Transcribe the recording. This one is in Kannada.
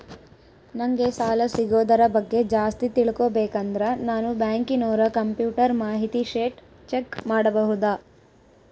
ನಂಗೆ ಸಾಲ ಸಿಗೋದರ ಬಗ್ಗೆ ಜಾಸ್ತಿ ತಿಳಕೋಬೇಕಂದ್ರ ನಾನು ಬ್ಯಾಂಕಿನೋರ ಕಂಪ್ಯೂಟರ್ ಮಾಹಿತಿ ಶೇಟ್ ಚೆಕ್ ಮಾಡಬಹುದಾ?